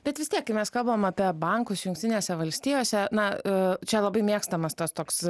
bet vis tiek kai mes kalbam apie bankus jungtinėse valstijose na čia labai mėgstamas tas toks